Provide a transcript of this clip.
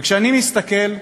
וכשאני מסתכל,